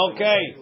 Okay